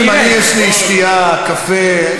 לי יש שתייה, קפה.